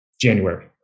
January